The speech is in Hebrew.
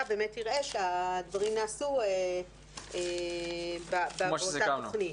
באמת תראה שהדברים נעשו באותה תכנית.